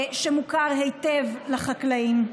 שמוכר היטב לחקלאים.